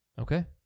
Okay